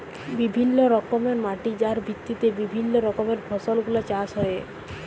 বিভিল্য রকমের মাটি যার ভিত্তিতে বিভিল্য রকমের ফসল গুলা চাষ হ্যয়ে